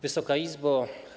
Wysoka Izbo!